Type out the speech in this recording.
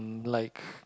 like